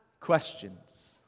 questions